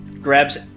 Grabs